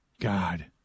God